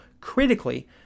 critically